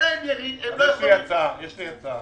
אז יש לי הצעה.